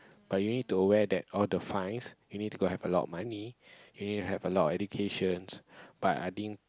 but you need to aware that all the fines you need to go have a lot money you need to have a lot of education but I think